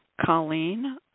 Colleen